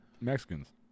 Mexicans